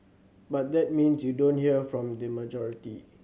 but that means you don't hear from the majority